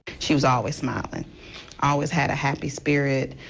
she was always smichlingt always had a happy spirit.